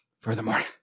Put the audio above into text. furthermore